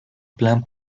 plan